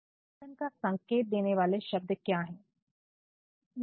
अब परिवर्तन का संकेत देने वाले शब्द क्या है